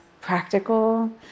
practical